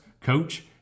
coach